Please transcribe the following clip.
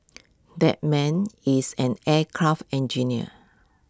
that man is an aircraft engineer